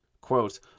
Quote